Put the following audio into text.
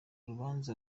rubanza